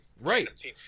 right